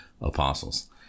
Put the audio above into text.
apostles